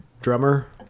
drummer